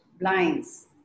blinds